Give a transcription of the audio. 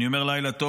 אני אומר לילה טוב.